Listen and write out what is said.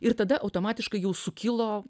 ir tada automatiškai jau sukilo